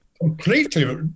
Completely